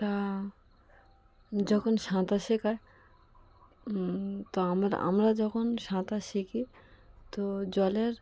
তা যখন সাঁতার শেখায় তো আমরা আমরা যখন সাঁতার শিখি তো জলের